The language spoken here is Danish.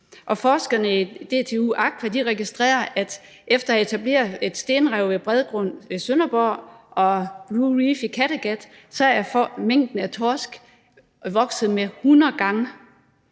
forskerne på DTU Aqua registrerer, at efter at have etableret et stenrev ved Bredgrund i Sønderborg og BlueReef i Kattegat er mængden af torsk vokset 100 gange.